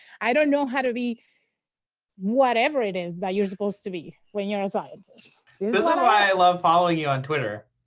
i don't know how to be whatever it is that you're supposed to be when you're a scientist. that's why i love following you on twitter,